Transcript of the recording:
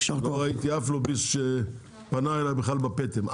עד כה, לא ראיתי אף לוביסט שפנה אליי בכלל בפטם.